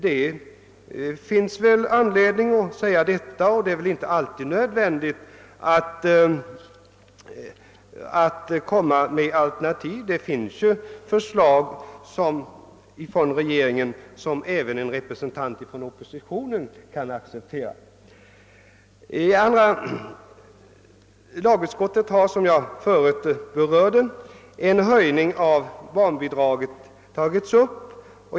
Det finns anledning att säga detta; det är väl inte nödvändigt att alltid framlägga alternativ, ty det finns förslag från regeringen som även en representant för oppositionen kan acceptera. tas, som jag förut nämnde, frågan om en höjning av barnbidraget upp.